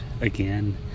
Again